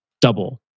double